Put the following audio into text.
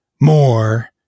more